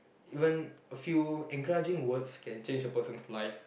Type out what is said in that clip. even a few encouraging words can change a person's life